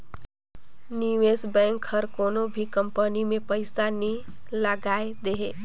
निवेस बेंक हर कोनो भी कंपनी में पइसा नी लगाए देहे